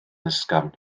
ysgafn